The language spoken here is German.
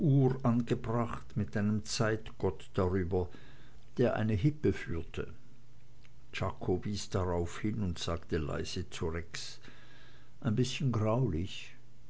angebracht mit einem zeitgott darüber der eine hippe führte czako wies darauf hin und sagte leise zu rex ein bißchen graulich